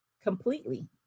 completely